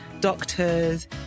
doctors